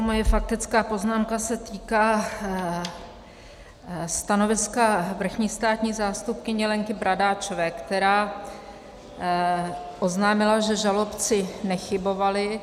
Moje faktická poznámka se týká stanoviska vrchní státní zástupkyně Lenky Bradáčové, která oznámila, že žalobci nechybovali.